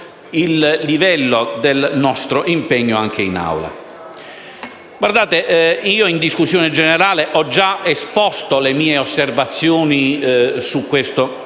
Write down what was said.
il livello del nostro impegno anche in Assemblea. In discussione generale ho già esposto le mie osservazioni su questo